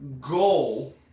goal